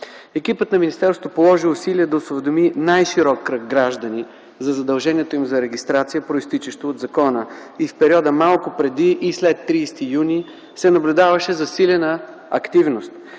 Екипът на министерството положи усилия да осведоми най-широк кръг граждани за задълженията им за регистрация, произтичаща от закона, и в периода малко преди и след 30 юни се наблюдаваше засилена активност.